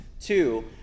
Two